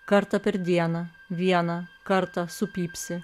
kartą per dieną vieną kartą supypsi